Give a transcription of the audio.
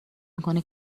میکنه